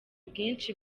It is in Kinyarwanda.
bwinshi